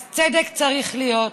אז צדק צריך להיות,